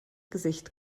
gesicht